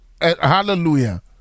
hallelujah